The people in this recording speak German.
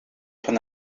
von